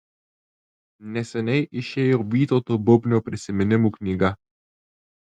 neseniai išėjo vytauto bubnio prisiminimų knyga